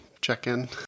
check-in